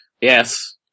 yes